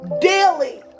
daily